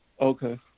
Okay